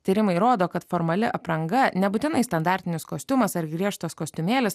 tyrimai rodo kad formali apranga nebūtinai standartinis kostiumas ar griežtas kostiumėlis